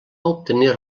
obtenir